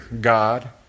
God